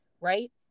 right